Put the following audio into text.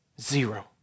Zero